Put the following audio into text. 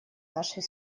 нашей